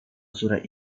surat